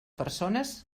persones